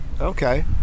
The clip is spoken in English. okay